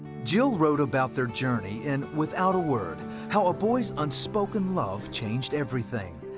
jill wrote about their journey in without a word how a boys unspoken love changed everything.